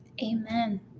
Amen